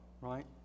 right